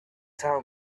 tell